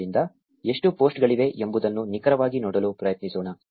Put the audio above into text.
ಆದ್ದರಿಂದ ಎಷ್ಟು ಪೋಸ್ಟ್ಗಳಿವೆ ಎಂಬುದನ್ನು ನಿಖರವಾಗಿ ನೋಡಲು ಪ್ರಯತ್ನಿಸೋಣ